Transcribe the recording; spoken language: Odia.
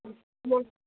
ହୁଁ ବୋ